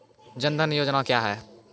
जन धन योजना क्या है?